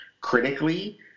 critically